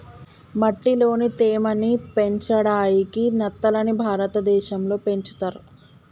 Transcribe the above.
మట్టిలోని తేమ ని పెంచడాయికి నత్తలని భారతదేశం లో పెంచుతర్